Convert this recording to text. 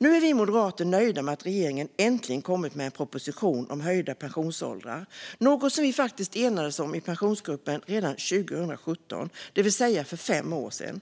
Nu är vi moderater nöjda med att regeringen äntligen har kommit med en proposition om höjda pensionsåldrar, något som vi i Pensionsgruppen enades om redan 2017, det vill säga för fem år sedan.